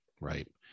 Right